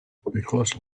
because